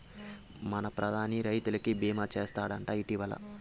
మన ప్రధాని రైతులకి భీమా చేస్తాడటా, ఇంటివా